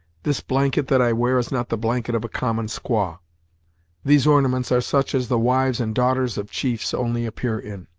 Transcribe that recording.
this blanket that i wear is not the blanket of a common squaw these ornaments are such as the wives and daughters of chiefs only appear in.